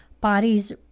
bodies